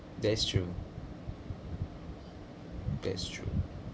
that is true that's true